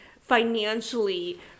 financially